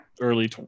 early